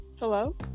Hello